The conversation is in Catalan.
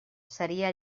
seria